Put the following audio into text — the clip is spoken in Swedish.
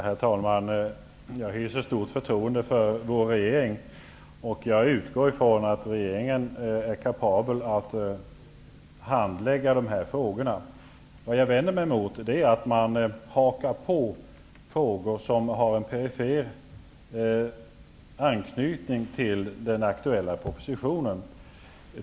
Herr talman! Jag hyser stort förtroende för vår regering. Jag utgår ifrån att regeringen är kapabel att handlägga dessa frågor. Men jag vänder mig emot att man hakar på frågor som har en perifer anknytning till den aktuella propositionen.